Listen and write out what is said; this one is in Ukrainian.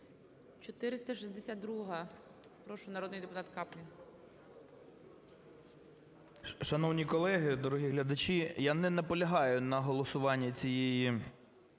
462-а. Прошу, народний депутат Каплін.